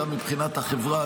גם מבחינת החברה,